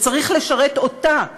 שצריך לשרת אותה,